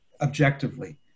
objectively